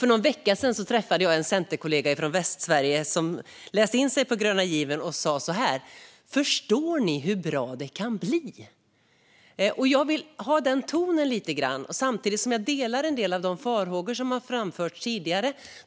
För någon vecka sedan träffade jag en centerkollega från Västsverige som läst in sig på den gröna given och som sa så här: Förstår ni hur bra det kan bli? Jag vill lite grann ha den tonen samtidigt som jag delar en del av de farhågor som har framförts tidigare.